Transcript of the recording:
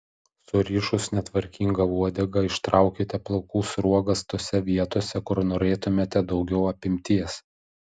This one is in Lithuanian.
surišus netvarkingą uodegą ištraukite plaukų sruogas tose vietose kur norėtumėte daugiau apimties